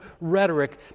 rhetoric